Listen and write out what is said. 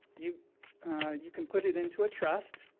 you you can put it into a trust,